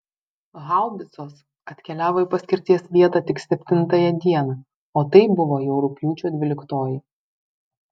haubicos atkeliavo į paskirties vietą tik septintąją dieną o tai buvo jau rugpjūčio dvyliktoji